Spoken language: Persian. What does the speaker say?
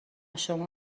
شما